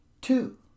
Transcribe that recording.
two